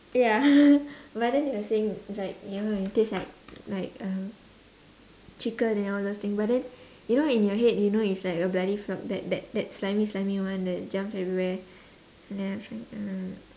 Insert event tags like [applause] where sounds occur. ya [laughs] but then they were saying like you know you taste like like uh chicken and all those thing but then you know in your head you know it's like a bloody frog that that that slimy slimy [one] that jumps everywhere ya